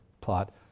plot